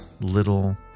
little